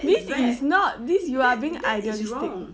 this is not this you are being idealistic